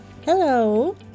Hello